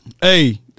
Hey